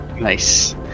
nice